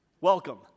Welcome